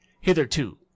Hitherto